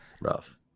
Rough